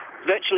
Virtually